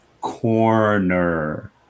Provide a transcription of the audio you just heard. corner